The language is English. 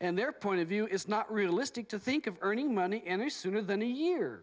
and their point of view is not realistic to think of earning money any sooner than a year